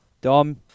Dom